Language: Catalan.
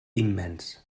immens